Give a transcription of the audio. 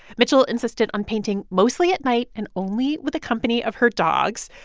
mitchell insisted on painting mostly at night and only with the company of her dogs.